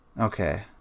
Okay